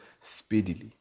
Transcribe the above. speedily